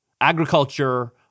agriculture